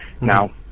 Now